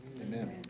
Amen